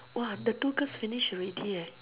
!wah! the two girls finish already eh